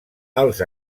els